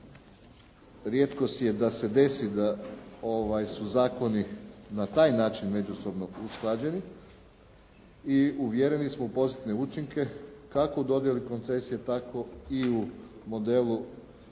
rijetkost je da se desi da su zakoni na taj način međusobno usklađeni i uvjereni smo u pozitivne učinke kako u dodjeli koncesije tako i u modelu